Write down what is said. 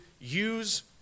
use